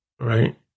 right